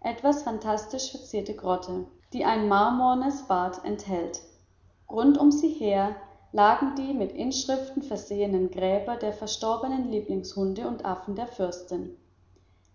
etwas phantastisch verzierte grotte die ein marmornes bad enthält rund um sie her lagen die mit inschriften versehenen gräber der verstorbenen lieblingshunde und affen der fürstin